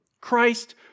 Christ